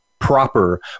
proper